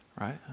right